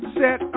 set